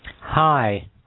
Hi